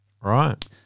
right